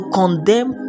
condemn